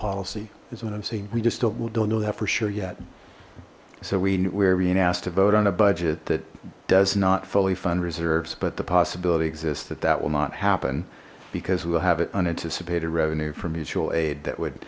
policy is what i'm saying we just don't know that for sure yet so we're being asked to vote on a budget that does not fully fund reserves but the possibility exists that that will not happen because we will have an unanticipated revenue from mutual aid that would